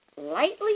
Lightly